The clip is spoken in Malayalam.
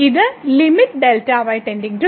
ഈ ലിമിറ്റ് Δy → 0